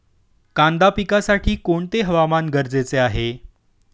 कांदा पिकासाठी कोणते हवामान गरजेचे आहे?